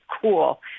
cool